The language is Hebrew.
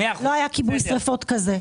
לא היה כיבוי שריפות כזה.